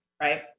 right